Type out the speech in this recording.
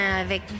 avec